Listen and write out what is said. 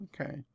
okay